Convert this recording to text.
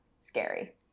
scary